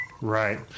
Right